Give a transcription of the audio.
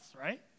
right